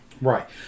Right